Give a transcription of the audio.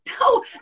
no